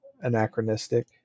Anachronistic